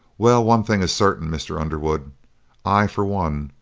well, one thing is certain, mr. underwood i, for one,